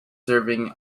serving